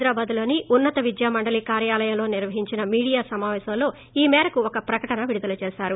హైదరాబాద్లోని ఉన్నత విద్యామండలి కార్యాలయంలో నిర్వహించిన మీడియా సమాపేశంలో ఈ మేరకు ఒక ప్రకటన విడుదల చేశారు